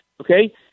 okay